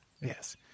Yes